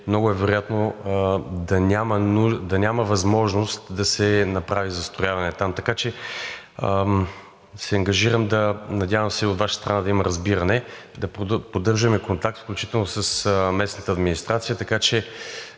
много е вероятно да няма възможност там да се направи застрояване. Така че се ангажирам да… Надявам се и от Ваша страна да има разбиране да поддържаме контакт, включително с местната администрация, така че